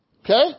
Okay